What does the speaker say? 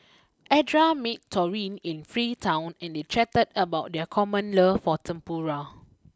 Edra met Taurean in Freetown and they chatted about their common love for Tempura